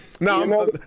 no